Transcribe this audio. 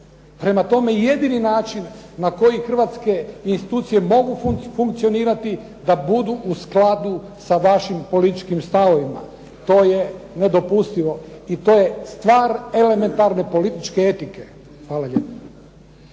Prema tome, jedini način na koji hrvatske institucije mogu funkcionirati da budu u skladu sa vašim političkim stavovima. To je nedopustivo i to je stvar elementarne političke etike. Hvala lijepo.